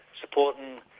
supporting